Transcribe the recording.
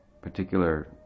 particular